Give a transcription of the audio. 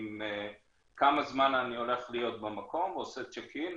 עם כמה זמן אני הולך להיות במקום ועושה צ'ק-אין.